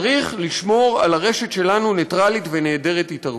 צריך לשמור על הרשת שלנו נייטרלית ונעדרת התערבות,